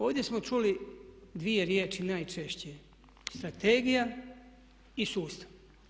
Ovdje smo čuli dvije riječi najčešće, strategija i sustav.